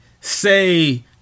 say